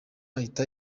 ahita